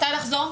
מתי לחזור?